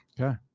Okay